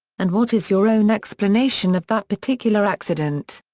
and what is your own explanation of that particular accident.